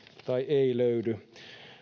tai ei löydy